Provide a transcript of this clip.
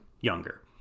younger